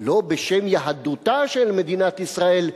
לא בשם יהדותה של מדינת ישראל,